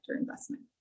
investment